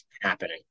happening